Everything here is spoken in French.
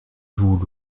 vous